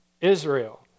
Israel